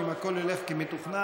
אם הכול ילך כמתוכנן,